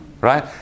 right